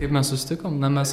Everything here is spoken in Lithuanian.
kaip mes susitikom na mes